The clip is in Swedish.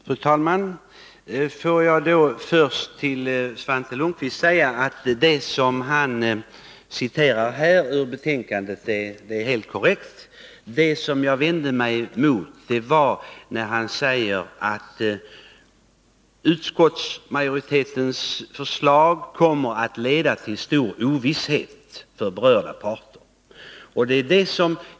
Fru talman! Får jag först till Svante Lundkvist säga att det han citerar ur betänkandet är helt korrekt. Det som jag vände mig emot var Svante Lundkvists uttalande att utskottsmajoritetens förslag kommer att leda till stor ovisshet för berörda parter.